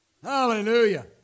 Hallelujah